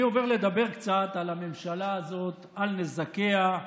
אני עובר לדבר קצת על הממשלה הזאת, על נזקיה,